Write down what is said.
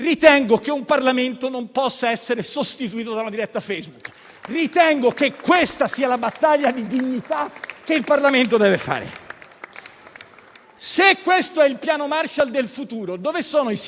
Se questo è il Piano Marshall del futuro, dove sono i sindaci? Se questo è il Piano Marshall del futuro, dove sono gli esponenti del terzo settore? Se questo è il Piano Marshall del futuro